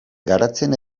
garatzen